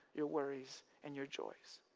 your worries and your joys.